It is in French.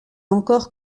encore